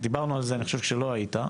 דיברנו על זה, אני חושב שלא היית.